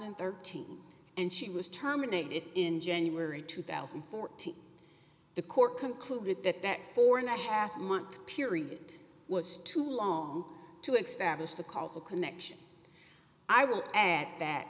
and thirteen and she was terminated in january two thousand and fourteen the court concluded that that four and a half month period was too long to expand as to cause a connection i will add that